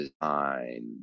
design